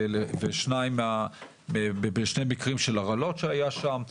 ושני מקרים של הרעלות שהיו שם.